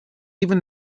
even